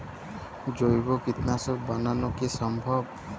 জৈব কীটনাশক বানানো কি সম্ভব?